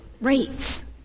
rates